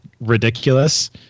ridiculous